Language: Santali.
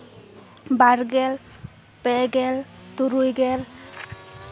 ᱵᱟᱨᱜᱮᱞ ᱯᱮᱜᱮᱞ ᱛᱩᱨᱩᱭ ᱜᱮᱞ